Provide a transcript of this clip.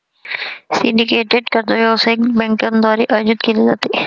syndicated कर्ज व्यावसायिक बँकांद्वारे आयोजित केले जाते